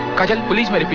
i don't believe you!